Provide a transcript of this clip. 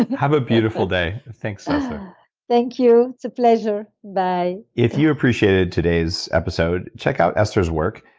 have a beautiful day. thanks, esther thank you, it's a pleasure. bye if you appreciated today's episode, check out esther's work.